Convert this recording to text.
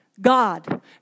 God